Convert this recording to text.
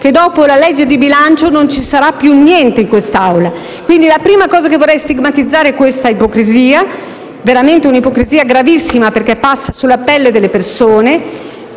che dopo la legge di bilancio non ci sarà più niente in quest'Aula. La prima cosa che vorrei stigmatizzare è questa ipocrisia veramente gravissima, perché passa sulla pelle delle persone.